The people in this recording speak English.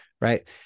Right